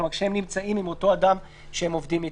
כלומר: כשהם נמצאים עם אותו אדם שהם עובדים אתו.